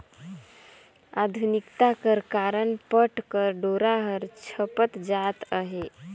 आधुनिकता कर कारन पट कर डोरा हर छपत जात अहे